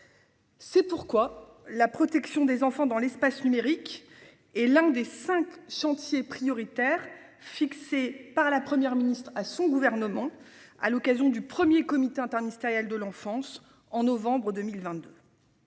C'est pourquoi la protection des enfants dans l'espace numérique et l'un des 5 chantiers prioritaires fixés par la Première ministre à son gouvernement à l'occasion du 1er comité interministériel de l'enfance en novembre 2022.